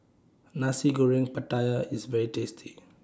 Nasi Goreng Pattaya IS very tasty